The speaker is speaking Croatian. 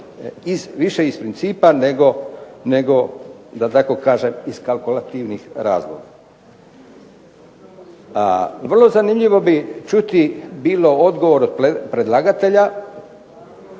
više iz principa nego iz kalkulativnih razloga. Vrlo zanimljivo bi bilo čuti odgovor predlagatelja